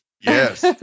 Yes